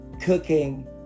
cooking